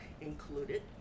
included